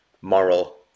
moral